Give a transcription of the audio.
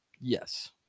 Yes